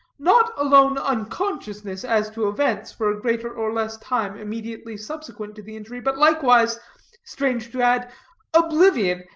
not alone unconsciousness as to events for a greater or less time immediately subsequent to the injury, but likewise strange to add oblivion,